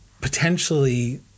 potentially